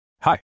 Hi